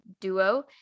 duo